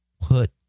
put